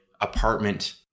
apartment